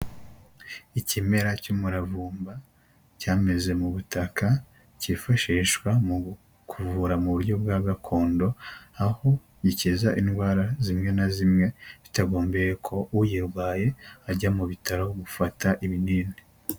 Ikimera cy'umuravumba cyameze mu butaka cyifashishwa mu kuvura muburyo bwa gakondo aho gikiza indwara zimwe na zimwe bitagombeye ko uyirwaye ajya mu bitaro gufata ibinini.